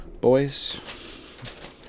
Boys